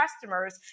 customers